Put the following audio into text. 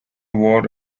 war